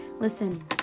Listen